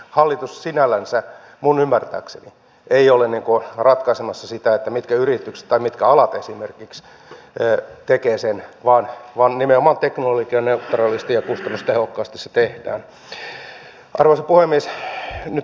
hallitus sinällänsä minun ymmärtääkseni ei ole ratkaisemassa sitä mitkä yritykset tai mitkä alat esimerkiksi tekevät sen vaan nimenomaan teknologianeutraalisti ja kustannustehokkaasti se tehdään